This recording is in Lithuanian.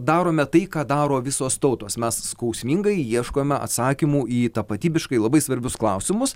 darome tai ką daro visos tautos mes skausmingai ieškome atsakymų į tapatybiškai labai svarbius klausimus